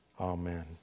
Amen